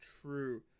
true